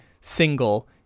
single